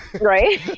right